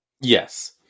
Yes